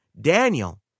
Daniel